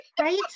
Right